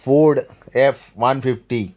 ford F one fifty